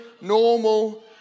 normal